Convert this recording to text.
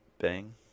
bang